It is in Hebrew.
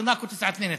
נתנו לכם את 922,